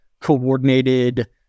coordinated